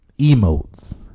Emotes